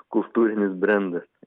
kultūrinis brendas